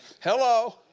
Hello